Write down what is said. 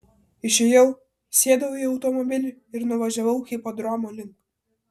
išėjau sėdau į automobilį ir nuvažiavau hipodromo link